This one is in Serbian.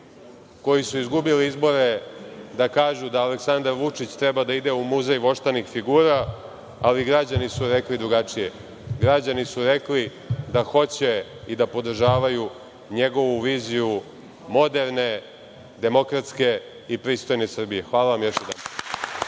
koji su izgubili izbore da kažu da Aleksandar Vučić treba da ide u muzej voštanih figura, ali građani su rekli drugačije. Građani su rekli da hoće i da podržavaju njegovu viziju moderne demokratske i pristojne Srbije. Hvala vam još jedanput.